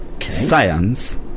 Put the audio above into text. Science